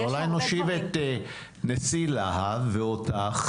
אולי נושיב את נשיא לה"ב ואותך